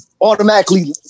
automatically